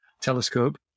Telescope